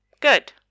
Good